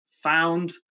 found